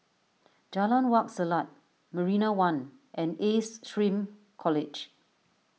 Jalan Wak Selat Marina one and Ace Shrm College